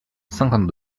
cinquante